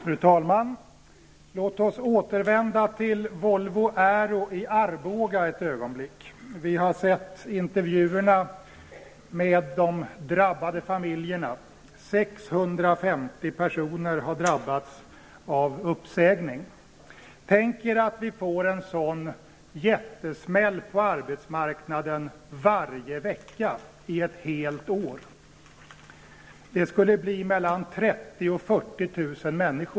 Fru talman! Låt oss återvända till Volvo Aero i Arboga ett ögonblick. Vi har sett intervjuerna med de drabbade familjerna. 650 personer har drabbats av uppsägning. Tänk er att vi får en sådan jättesmäll på arbetsmarknaden varje vecka i ett helt år. Det skulle bli mellan 30 000 och 40 000 människor.